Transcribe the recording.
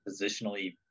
positionally